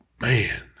Man